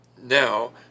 now